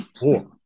four